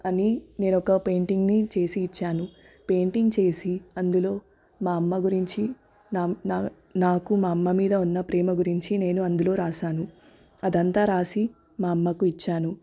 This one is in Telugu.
అని నేను ఒక పెయింటింగ్ని చేసి ఇచ్చాను పెయింటింగ్ చేసి అందులో మా అమ్మ గురించి నా నా నాకు మా అమ్మ మీద ఉన్న ప్రేమ గురించి నేను అందులో రాశాను అదంతా రాసి మా అమ్మకు ఇచ్చాను